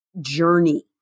journey